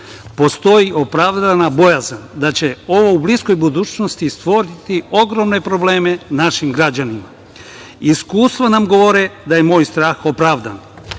Postoji opravdana bojazan da će ovo u bliskoj budućnosti stvoriti ogromne probleme našim građanima. Iskustva nam govore da je moj strah opravdan. Ne